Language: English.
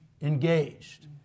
engaged